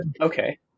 Okay